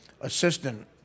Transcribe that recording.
assistant